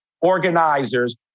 organizers